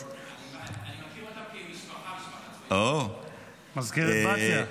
אני מכיר אותם כמשפחה, מזכרת בתיה.